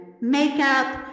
makeup